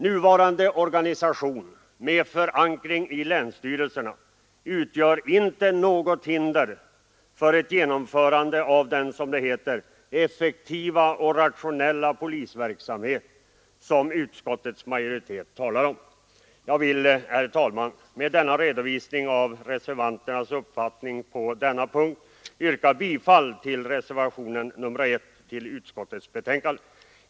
Nuvarande organisation, med förankring i länsstyrelserna, utgör inte något hinder för ett genomförande av den — som det heter — effektiva och rationella polisverksamhet som utskottets majoritet talar om. Jag vill, herr talman, med denna redovisning av reservanternas uppfattning på denna punkt yrka bifall till reservationen 1 vid utskottets betänkande.